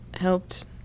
helped